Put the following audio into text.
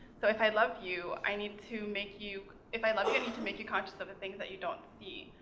so if i love you, i need to make you, if i love you, i need to make you conscious of the things that you don't see.